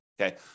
Okay